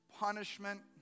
punishment